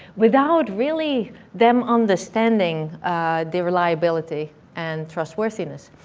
without really them understanding the reliability and trustworthiness.